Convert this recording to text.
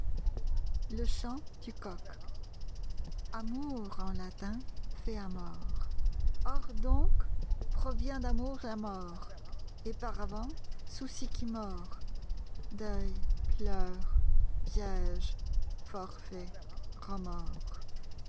le chant du coq amour en latin faict amor or donc provient d'amour la mort et par avant soulcy qui mord deuil plours pièges forfaitz